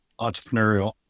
entrepreneurial